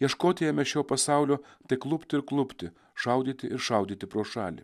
ieškoti jame šio pasaulio tai klupti ir klupti šaudyti ir šaudyti pro šalį